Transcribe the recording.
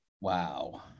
Wow